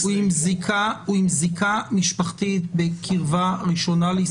הוא עם זיקה משפחתית בקרבה ראשונה לישראלי.